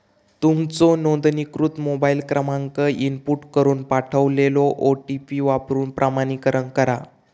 तुमचो नोंदणीकृत मोबाईल क्रमांक इनपुट करून पाठवलेलो ओ.टी.पी वापरून प्रमाणीकरण करा